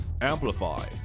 amplify